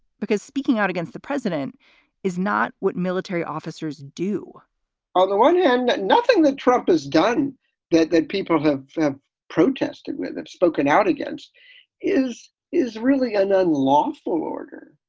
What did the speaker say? because speaking out against the president is not what military officers do on the one hand, nothing that trump has done that that people have protested with and spoken out against is is really an unlawful order.